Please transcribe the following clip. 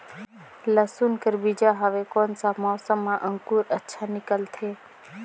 लसुन कर बीजा हवे कोन सा मौसम मां अंकुर अच्छा निकलथे?